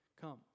come